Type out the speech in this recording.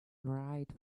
wright